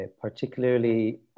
particularly